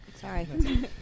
Sorry